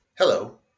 Hello